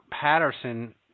Patterson